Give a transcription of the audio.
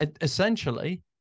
Essentially